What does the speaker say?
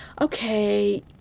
okay